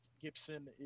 Gibson